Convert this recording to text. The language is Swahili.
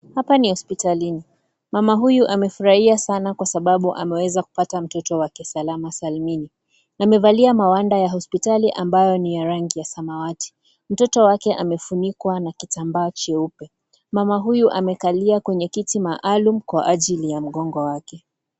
Hapa ni hospitalini. Mama huyu amefurahia sana kwa sababu ameweza kupata mtoto wake salama salimini. Amevalia mawanda ya hospitali ambayo ni ya rangi ya samawati. Mtoto wake amefunikwa na kitambaa jeupe. Mama amekalia kwenye kiti maalum kwa ajili ya mgongo wake.